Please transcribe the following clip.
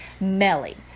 Melly